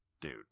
dude